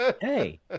Hey